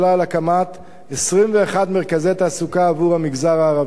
הקמת 21 מרכזי תעסוקה עבור המגזר הערבי,